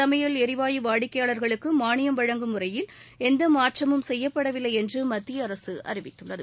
சமையல் ளிவாயு வாடிக்கையாளர்களுக்கு மாளியம் வழங்கும் முறையில் எந்த மாற்றமும் செய்யப்படவில்லை என்று மத்திய அரசு அறிவித்துள்ளது